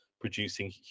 producing